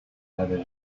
l’avait